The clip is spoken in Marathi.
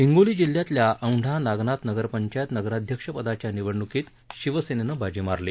हिंगोली जिल्ह्यातल्या औंढा नागनाथ नगरपंचायत नगराध्यक्ष पदाच्या निवडण्कीत शिवसेनेनं बाजी मारली